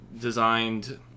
designed